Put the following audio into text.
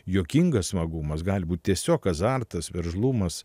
juokingas smagumas gali būti tiesiog azartas veržlumas